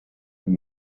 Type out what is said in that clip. have